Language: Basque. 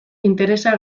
interesa